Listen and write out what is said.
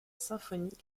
symphonique